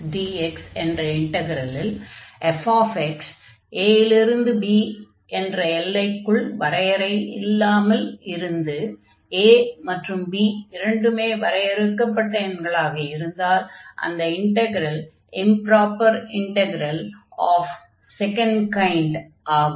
abf dx என்ற இன்டக்ரலில் f a இல் இருந்து b என்ற எல்லைக்குள் வரையறை இல்லாமல் இருந்து a மற்றும் b இரண்டுமே வரையறுக்கப்பட்ட எண்களாக இருந்தால் அந்த integral improper integral of second kind ஆகும்